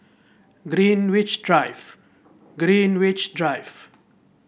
Greenwich Drive Greenwich Drive